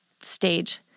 stage